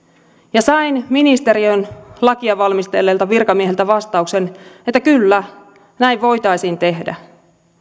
ja sain ministeriön lakia valmistelleilta virkamiehiltä vastauksen että kyllä näin voitaisiin tehdä